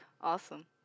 Awesome